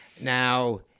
Now